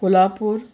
Kolhapur